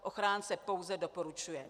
Ochránce pouze doporučuje.